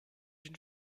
une